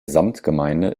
samtgemeinde